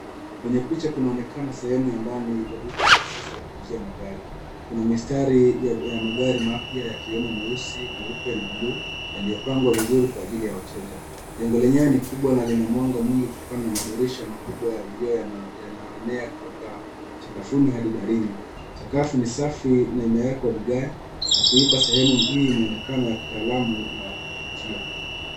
Kwenye picha kunaonekana sehemu ya ndani ya duka la kisasa la kuuzia magari. Kuna mistari ya magari mapya yakiwemo meusi, meupe na buluu yaliyopangwa vizuri kwa ajili ya wateja. Jengo lenyewe ni kubwa na lina mwanga mwingi kutokana na madirisha mkubwa ya vioo yanaoenea kutoka sakafuni hadi darini. Sakafu ni safi na imeekwa vigai ya kuipa sehemu hii mwonekano ya kitaalamu na wa kuvutia.